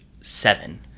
seven